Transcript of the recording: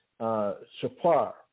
Shapar